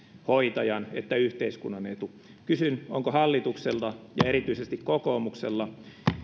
hoitajan että yhteiskunnan etu kysyn onko hallituksella ja erityisesti kokoomuksella